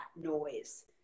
noise